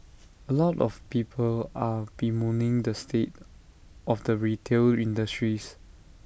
A lot of people are bemoaning the state of the retail industries